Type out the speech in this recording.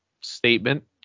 statement